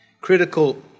Critical